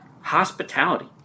hospitality